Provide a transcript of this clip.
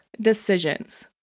decisions